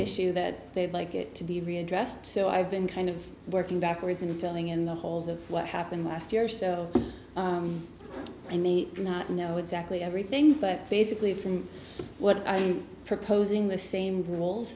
issue that they'd like it to be readdressed so i've been kind of working backwards and filling in the holes of what happened last year so i may not know exactly everything but basically from what i'm proposing the same rules